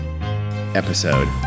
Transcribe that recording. episode